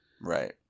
Right